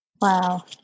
Wow